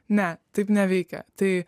ne taip neveikia tai